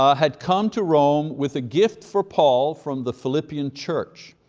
ah had come to rome with a gift for paul from the philippian church.